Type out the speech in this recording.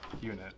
unit